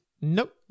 Nope